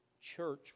church